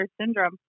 syndrome